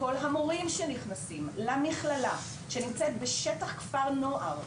כל המורים שנכנסים למכללה, שנמצאת בשטח כפר נוער,